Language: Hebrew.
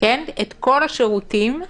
את כל השירותים,